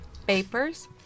Papers